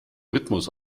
rhythmus